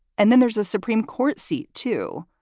and then there's a supreme court seat, too.